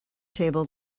table